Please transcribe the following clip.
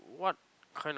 what kind of